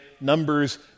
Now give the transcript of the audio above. numbers